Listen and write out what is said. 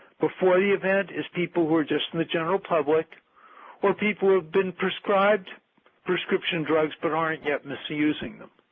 before the event is people who are just in the general public or people who have been prescribed prescription drugs but aren't yet misusing them.